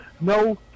no